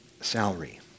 salary